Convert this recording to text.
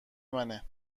منه